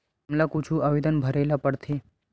हमला कुछु आवेदन भरेला पढ़थे?